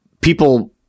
people –